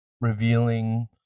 revealing